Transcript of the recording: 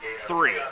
three